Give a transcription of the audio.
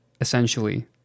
essentially